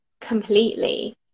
completely